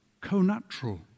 co-natural